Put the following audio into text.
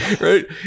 right